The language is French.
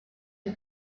une